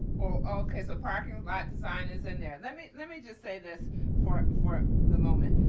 all kinds of parking lot design is in there? let me let me just say this for for the moment.